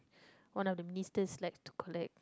one of the misters like to collect